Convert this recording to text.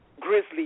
grizzly